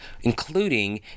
including